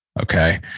okay